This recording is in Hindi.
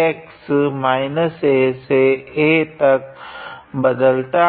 x -a से a तक बदलता है